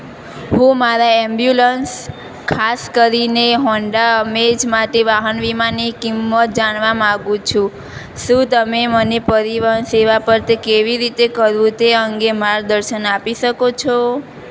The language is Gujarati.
હું મારા એમ્બ્યુલન્સ ખાસ કરીને હોન્ડા અમેઝ માટે વાહન વીમાની કિંમત જાણવા માંગુ છું શું તમે મને પરિવહન સેવા પર તે કેવી રીતે કરવું તે અંગે માર્ગદર્શન આપી શકો છો